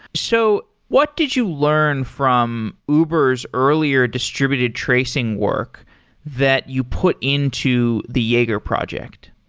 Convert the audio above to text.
so, what did you learn from uber s earlier distributed tracing work that you put into the jaeger project?